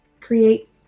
create